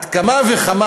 על אחת כמה וכמה,